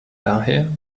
daher